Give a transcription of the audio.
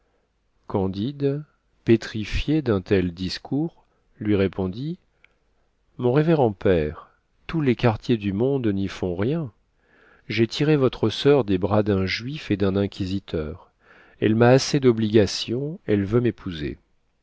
candide pétrifié d'un tel discours lui répondit mon révérend père tous les quartiers du monde n'y font rien j'ai tiré votre soeur des bras d'un juif et d'un inquisiteur elle m'a assez d'obligations elle veut m'épouser